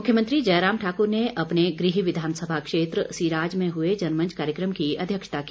मुख्यमंत्री जयराम ठाक्र ने अपने गृह विधानसभा क्षेत्र सिराज में हए जनमंच कार्यक्रम की अध्यक्षता की